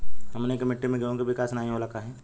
हमनी के मिट्टी में गेहूँ के विकास नहीं होला काहे?